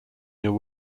new